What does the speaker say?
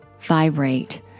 vibrate